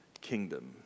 kingdom